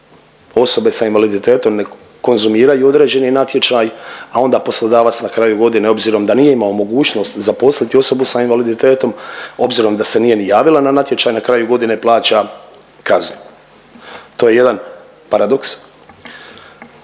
osobe sa invaliditetom ne konzumiraju određeni natječaj, a onda poslodavac na kraju godine, obzirom da nije imao mogućnost zaposliti osobu sa invaliditetom, obzirom da nije ni javila na natječaj, na kraju godine plaća kaznu. To je jedan paradoks